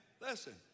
Listen